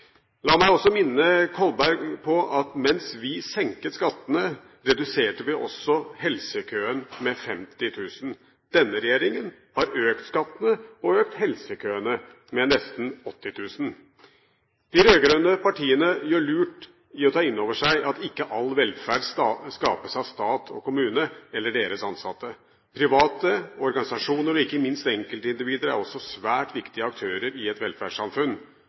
La meg også minne Kolberg om at mens vi senket skattene, reduserte vi også helsekøen med 50 000. Denne regjeringen har økt skattene, og helsekøen er økt med nesten 80 000. De rød-grønne partiene gjør lurt i å ta inn over seg at ikke all velferd skapes av stat og kommune eller deres ansatte. Private organisasjoner og ikke minst enkeltindivider er også svært viktige aktører i et velferdssamfunn.